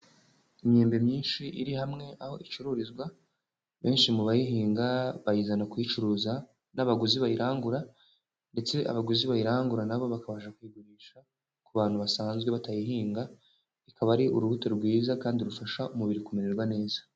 Imyembe myinshi iri hamwe aho icururizwa, benshi mu bayihinga bayizana kuyicuruza n'abaguzi bayirangura ndetse abaguzi bayirangura na bo bakabasha kuyigurisha ku bantu basanzwe batayihinga, ikaba ari urubuto rwiza kandi rufasha umubiri kumererwa neza.